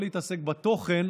כתוב שם.